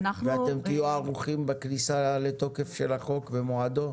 אתם תהיו ערוכים בכניסה לתוקף של החוק, במועדו?